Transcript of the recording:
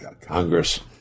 Congress